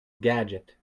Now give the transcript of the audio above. gadget